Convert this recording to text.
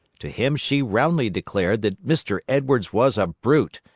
to him she roundly declared that mr. edwards was a brute,